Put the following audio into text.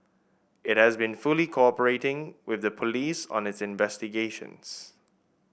it has been fully cooperating with the police on its investigations